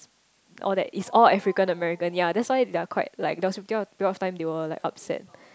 all that it's all African American yea that's why they are quite like there was a pe~ period of time they were like upset